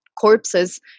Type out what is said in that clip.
corpses